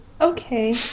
Okay